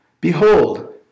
Behold